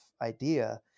idea